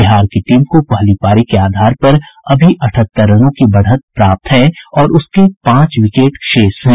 बिहार की टीम को पहली पारी के आधार पर अभी अठहत्तर रनों की बढ़त प्राप्त है और उसके पांच विकेट शेष हैं